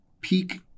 peak